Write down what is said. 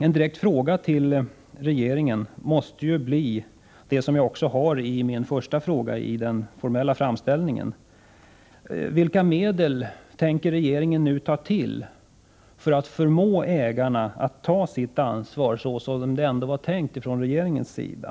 En direkt fråga till regeringen måste få samma innebörd som den som jag ställde i samband med min formella framställning till industriministern: Vilka medel tänker regeringen nu ta till för att förmå ägarna att ta sitt ansvar så som det väl ändå var tänkt från regeringens sida?